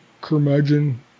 curmudgeon